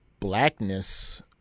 Blackness